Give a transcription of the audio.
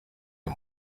ayo